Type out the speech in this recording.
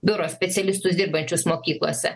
biuro specialistus dirbančius mokyklose